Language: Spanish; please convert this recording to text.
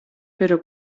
pero